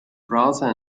browser